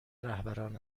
رهبران